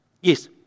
yes